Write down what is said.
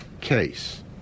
case